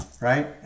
right